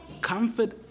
Comfort